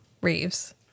Reeves